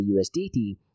USDT